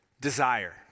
Desire